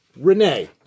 Renee